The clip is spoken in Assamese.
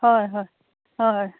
হয় হয় হয়